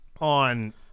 on